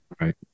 right